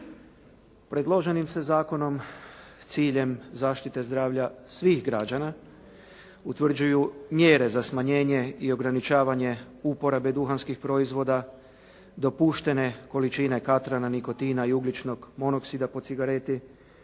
Predloženim se zakonom s ciljem zaštite zdravlja svih građana utvrđuju mjere za smanjenje i ograničavanje uporaba duhanskih proizvoda, dopuštene količine katrana, nikotina i ugljičnog monoksida po cigareti,